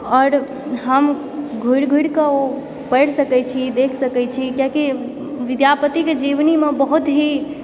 आओर हम घुरि घुरिकऽ ओ पढ़ि सकैत छी देखि सकैत छी किआकि विद्यापतिके जीवनीमे बहुत ही